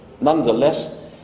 Nonetheless